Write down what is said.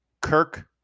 Kirk